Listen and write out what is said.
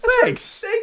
thanks